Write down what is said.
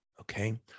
okay